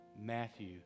Matthew